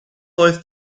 oedd